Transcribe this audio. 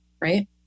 right